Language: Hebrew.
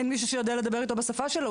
אין מישהו שיודע לדבר איתו בשפה שלו.